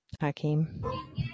Hakeem